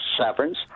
severance